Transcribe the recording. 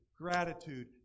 gratitude